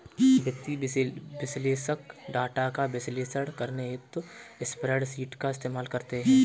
वित्तीय विश्लेषक डाटा का विश्लेषण करने हेतु स्प्रेडशीट का इस्तेमाल करते हैं